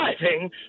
driving